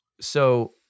so-